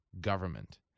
government